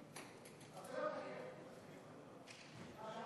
אבל לא לפי החוק.